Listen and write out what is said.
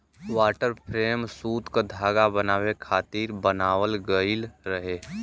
water frame सूत क धागा बनावे खातिर बनावल गइल रहे